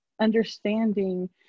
understanding